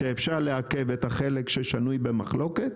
אפשר לעכב את החלק השנוי במחלוקת,